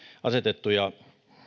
asetettuja